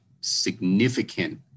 significant